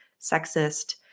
sexist